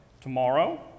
tomorrow